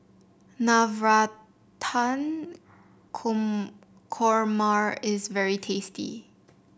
Navratan Korma is very tasty